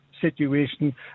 situation